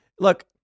Look